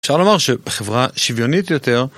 אפשר לומר שבחברה שוויונית יותר